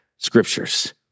scriptures